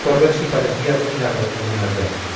por ver si parecía de milagro alguna vianda